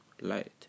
light